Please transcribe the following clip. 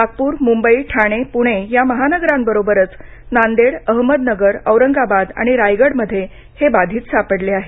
नागपूर मुंबई ठाणे पुणे या महानगरांबरोबरच नांदेड अहमदनगर औरंगाबाद आणि रायगडमध्ये हे बाधित सापडले आहेत